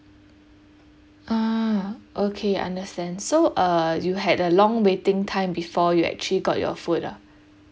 ah okay understand so uh you had a long waiting time before you actually got your food ah